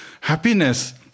happiness